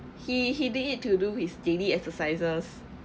he he did it to do his daily exercises